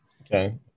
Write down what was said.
Okay